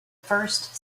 first